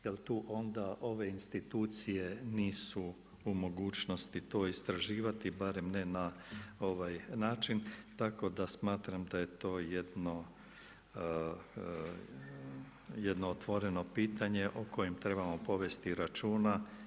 Jel' tu onda ove institucije nisu u mogućnosti to istraživati barem ne na ovaj način, tako da smatram da je to jedno otvoreno pitanje o kojim trebamo povesti računa.